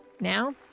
Now